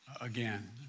again